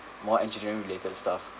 more engineering related stuff